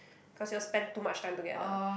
cause you all spend too much time together